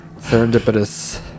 serendipitous